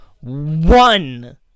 One